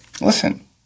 Listen